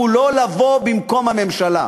הוא לא לבוא במקום הממשלה.